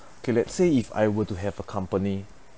okay let's say if I were to have a company